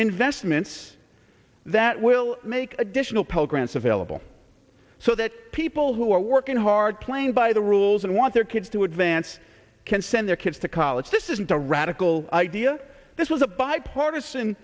investments that will make additional pell grants available so that people who are working hard playing by the rules and want their kids to advance can send their kids to college this isn't a radical idea this was a bipartisan